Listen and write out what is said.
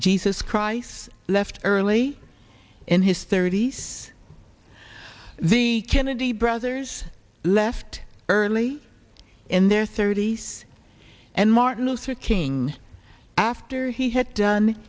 jesus christ left early in his thirty's the kennedy brothers left early in their thirty's and martin luther king after he had done